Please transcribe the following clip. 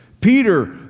Peter